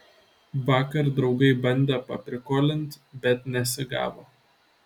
vakar draugai bandė paprikolint bet nesigavo